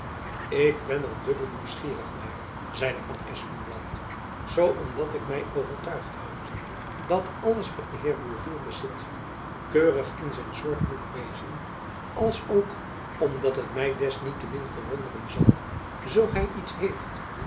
ik ben er dubbel nieuwsgierig naar zeide van espenblad zoo omdat ik my overtuigd houd dat alles wat de heer de gourville bezit keurig in zijn soort moet wezen alsook omdat het my desniettemin jacob van lennep elizabeth musch verwonderen zal zoo hy iets heeft